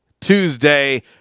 Tuesday